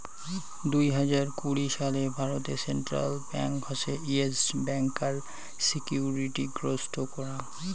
দুই হাজার কুড়ি সালে ভারতে সেন্ট্রাল ব্যাঙ্ক হসে ইয়েস ব্যাংকার সিকিউরিটি গ্রস্ত করাং